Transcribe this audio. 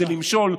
וזה למשול,